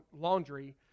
laundry